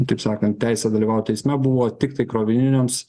taip sakant teisę dalyvaut eisme buvo tiktai krovininiams